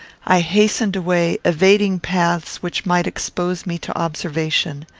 i hastened away, evading paths which might expose me to observation.